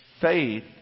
faith